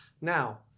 Now